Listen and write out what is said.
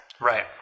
Right